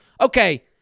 okay